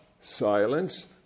silence